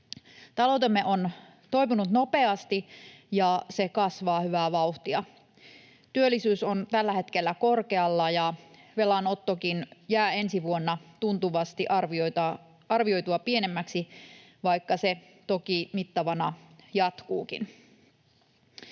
Taloutemme on toipunut nopeasti, ja se kasvaa hyvää vauhtia. Työllisyys on tällä hetkellä korkealla, ja velanottokin jää ensi vuonna tuntuvasti arvioitua pienemmäksi, vaikka se toki mittavana jatkuukin.